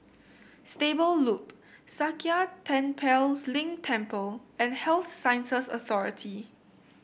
Stable Loop Sakya Tenphel Ling Temple and Health Sciences Authority